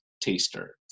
taster